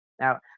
Now